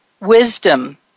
wisdom